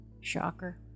Shocker